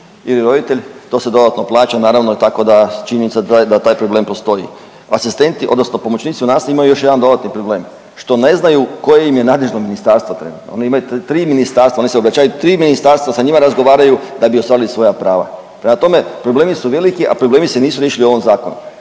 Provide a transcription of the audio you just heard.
ili roditelj. To se dodatno plaća naravno tako da činjenica je da taj problem postoji. Asistenti odnosno pomoćnici u nastavi imaju još jedan dodatni problem, što ne znaju koje im je nadležno ministarstvo trenutno. Oni imaju tri ministarstva, oni se obraćaju, tri ministarstva sa njima razgovaraju da bi ostvarili svoja prava. Prema tome, problemi su veliki, a problemi se nisu riješili u ovom zakonu.